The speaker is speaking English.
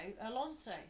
Alonso